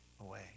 away